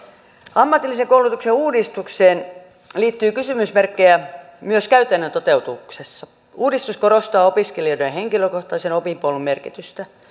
ammatillisen koulutuksen uudistukseen liittyy kysymysmerkkejä myös käytännön toteutuksessa uudistus korostaa opiskelijoiden henkilökohtaisen opinpolun merkitystä